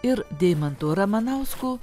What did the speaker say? ir deimantu ramanausku